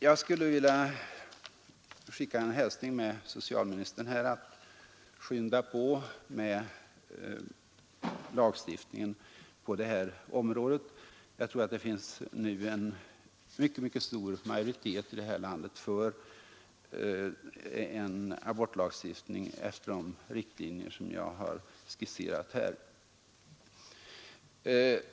Jag skulle vilja skicka en hälsning till regeringen genom socialministern att skynda på med lagstiftningen på det här området. Jag tror att det nu finns en mycket stor majoritet i det här landet för en abortlagstiftning efter de riktlinjer jag här skisserat.